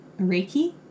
Reiki